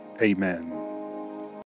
Amen